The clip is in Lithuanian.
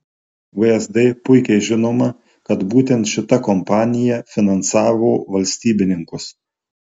vsd puikiai žinoma kad būtent šita kompanija finansavo valstybininkus